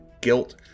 guilt